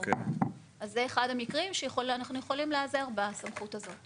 אז זה אחד המקרים שבהם אנחנו יכולים להיעזר בסמכות הזאת.